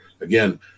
again